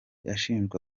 ashinjwa